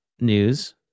news